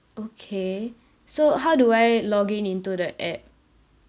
okay so how do I login into the app